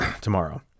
tomorrow